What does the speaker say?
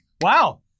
Wow